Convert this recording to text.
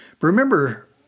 Remember